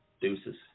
Deuces